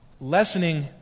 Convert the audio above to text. lessening